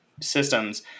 systems